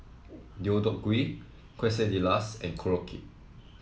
Deodeok Gui Quesadillas and Korokke